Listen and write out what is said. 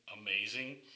amazing